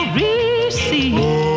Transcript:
receive